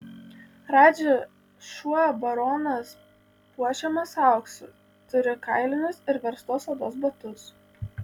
radži šuo baronas puošiamas auksu turi kailinius ir verstos odos batus